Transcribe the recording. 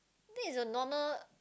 think is the normal